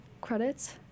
credits